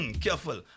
Careful